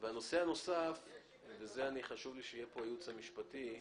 השאלה אם זה יורד מהשבחה,